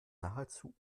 nahezu